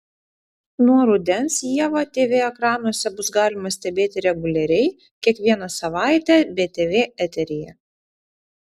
nuo rudens ievą tv ekranuose bus galima stebėti reguliariai kiekvieną savaitę btv eteryje